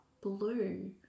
blue